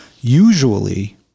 usually